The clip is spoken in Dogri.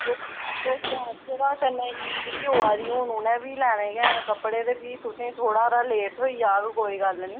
ते हून ईद आवा दी ते उनें बी लैने न कपड़े ते थुआढ़ा थोह्ड़ा हार लेट होई जाह्ग ते कोई चक्कर निं